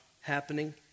happening